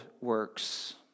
works